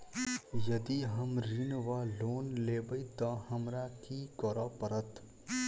यदि हम ऋण वा लोन लेबै तऽ हमरा की करऽ पड़त?